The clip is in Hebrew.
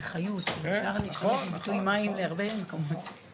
זו חיות ואפשר להשתמש בביטוי מים להרבה --- נכון.